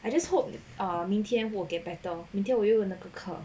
I just hope that 明天 will get better 明天我有那个课